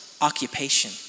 occupation